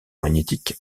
magnétique